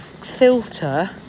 filter